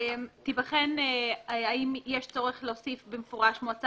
ייבחן האם יש צורך להוסיף במפורש "מועצה